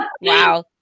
Wow